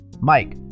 Mike